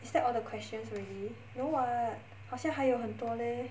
is that all the questions already no [what] 好像还有很多 leh